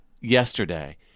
yesterday